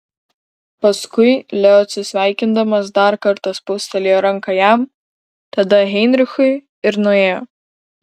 paskui leo atsisveikindamas dar kartą spustelėjo ranką jam tada heinrichui ir nuėjo